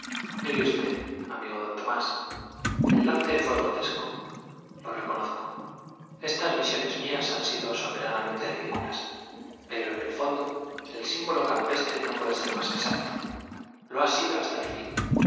mire usted amigo n tomás el lance fué grotesco lo reconozco estas visiones mías han sido soberana mente ridículas pero en el fondo el símbolo cam pestre no puede ser más exacto lo ha sido hasta el fin